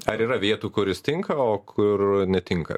ar yra vietų kur jis tinka o kur netinka